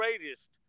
greatest